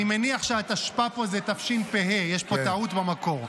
אני מניח שהתשפ"א פה זה התשפ"ה, יש פה טעות במקור.